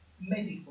medical